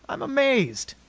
i'm amazed!